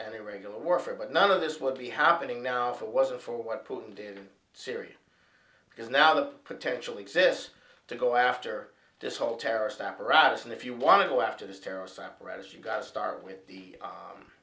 irregular warfare but none of this would be happening now if it wasn't for what putin did in syria because now the potential exists to go after this whole terrorist apparatus and if you want to go after these terrorists apparatus you've got to start with the